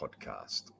podcast